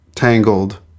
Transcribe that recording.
Tangled